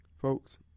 Folks